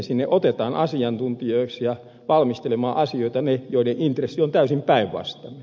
sinne otetaan asiantuntijoiksi ja valmistelemaan asioita ne joiden intressi on täysin päinvastainen